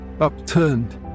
upturned